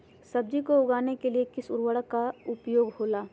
सब्जी को उगाने के लिए किस उर्वरक का उपयोग होबेला?